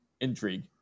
Intrigue